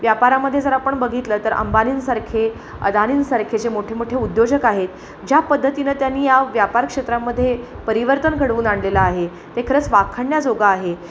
व्यापारामध्ये जर आपण बघितलं तर अंबानींसारखे अदानींसारखे जे मोठे मोठे उद्योजक आहेत ज्या पद्धतीनं त्यांनी या व्यापारक्षेत्रामध्ये परिवर्तन घडवून आणलेलं आहे ते खरंच वाखणण्याजोगं आहे